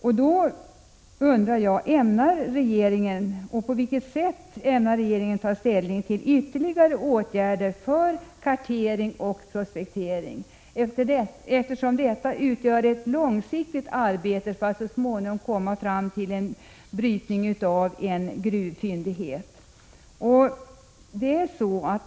Jag vill då fråga: Ämnar regeringen, och i så fall på vilket sätt, ta ställning till ytterligare åtgärder för kartering och prospektering, eftersom detta utgör ett långsiktigt arbete för att man så småningom skall komma fram till en brytning av en gruvfyndighet?